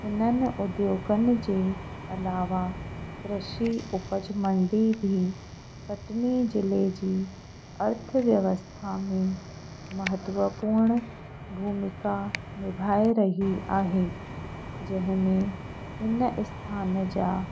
हिननि उद्योगनि जे अलावा ऋषि उपज मंडी बि कटनी जिले जी अर्थ व्यवस्था में महत्वपूर्ण भूमिका निभाए रही आहे जंहिंमें हिन स्थानु जा